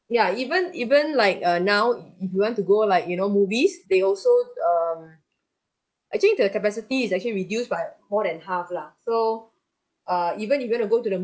ya even even like uh now if you want to go like you know movies they also um actually the capacity is actually reduced by more than half lah so uh even if you wanna go to the